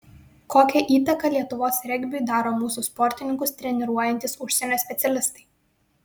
kokią įtaką lietuvos regbiui daro mūsų sportininkus treniruojantys užsienio specialistai